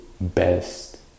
best